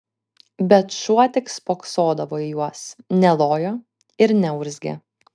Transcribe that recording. bet šuo tik spoksodavo į juos nelojo ir neurzgė